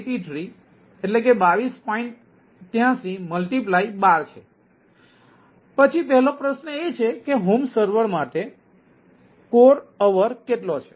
8312 છે પછી પહેલો પ્રશ્ન એ છે કે હોમ સર્વર માટે કોર અવર કેટલો છે